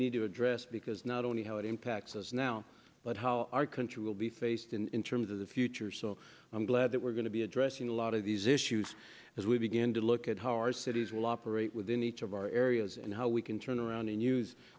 need to address because not only how it impacts us now but how our country will be faced in terms of the future so i'm glad that we're going to be addressing a lot of these issues as we begin to look at how our cities will operate within each of our areas and how we can turn around and use